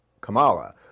Kamala